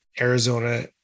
Arizona